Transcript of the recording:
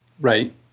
Right